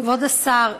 כבוד השר,